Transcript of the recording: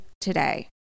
today